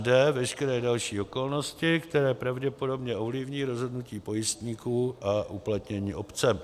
d) veškeré další okolnosti, které pravděpodobně ovlivní rozhodnutí pojistníků o uplatnění opce.